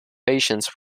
patients